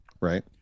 Right